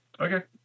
Okay